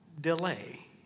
delay